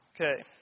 Okay